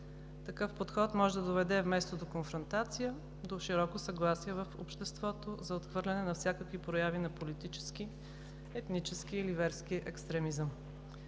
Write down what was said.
Такъв подход може да доведе вместо до конфронтация, до широко съгласие в обществото за отхвърляне на всякакви прояви на политически, етнически или верски екстремизъм.